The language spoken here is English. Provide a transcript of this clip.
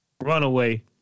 Runaway